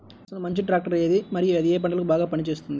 అసలు మంచి ట్రాక్టర్ ఏది మరియు అది ఏ ఏ పంటలకు బాగా పని చేస్తుంది?